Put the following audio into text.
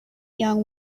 young